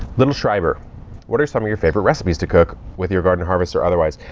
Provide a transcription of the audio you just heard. littleschhreiber what are some of your favorite recipes to cook with your garden harvests or otherwise?